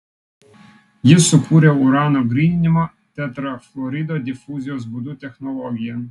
jis sukūrė urano gryninimo tetrafluorido difuzijos būdu technologiją